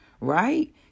right